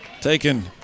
Taken